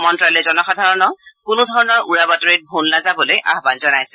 মন্ত্যালয়ে জনসাধাৰণক কোনো ধৰণৰ উৰা বাতৰিত ভোল নাযাবলৈ আহ্বান জনাইছে